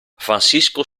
francisco